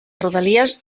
rodalies